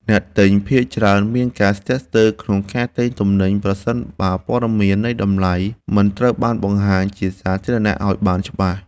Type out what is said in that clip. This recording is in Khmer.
អ្នកទិញភាគច្រើនមានការស្ទាក់ស្ទើរក្នុងការទិញទំនិញប្រសិនបើព័ត៌មាននៃតម្លៃមិនត្រូវបានបង្ហាញជាសាធារណៈឱ្យបានច្បាស់។